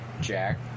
jack